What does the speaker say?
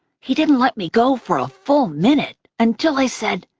he didn't let me go for a full minute, until i said,